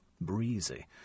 Breezy